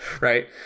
right